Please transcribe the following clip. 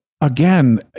again